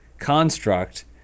construct